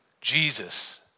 Jesus